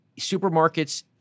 Supermarkets